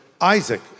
Isaac